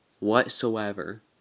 whatsoever